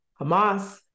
Hamas